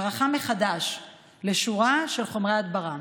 הערכה מחדש לשורה של חומרי הדברה.